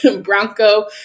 Bronco